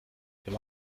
dem